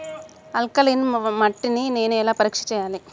Alkaline మట్టి ని నేను ఎలా పరీక్ష చేయాలి?